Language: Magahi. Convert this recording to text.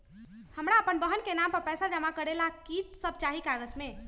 हमरा अपन बहन के नाम पर पैसा जमा करे ला कि सब चाहि कागज मे?